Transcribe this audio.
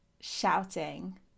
shouting